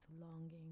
longing